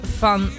van